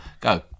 Go